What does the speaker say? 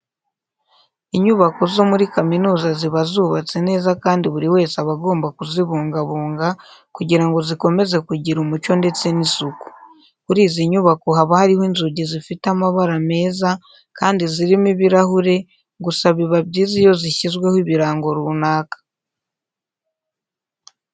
Inyubako zo muri kaminuza ziba zubatse neza kandi buri wese aba agomba kuzibungabunga kugira ngo zikomeze kugira umucyo ndetse n'isuku. Kuri izi nyubako haba hariho inzugi zifite amabara meza kandi zirimo ibirahure, gusa biba byiza iyo zishyizweho ibirango runaka.